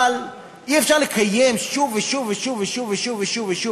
אבל אי-אפשר לקיים שוב ושוב ושוב ושוב ושוב ושוב ושוב